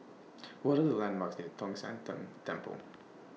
What Are The landmarks near Tong Sian Tng Temple